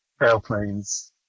airplanes